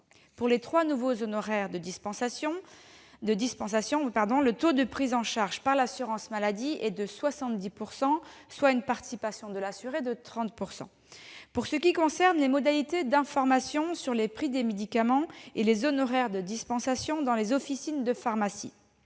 Pour les trois nouveaux honoraires de dispensation, le taux de prise en charge par l'assurance maladie est de 70 %, soit une participation de l'assuré de 30 %. Pour ce qui concerne les modalités d'information sur les prix des médicaments et les honoraires de dispensation dans les officines de pharmacie,